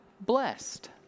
blessed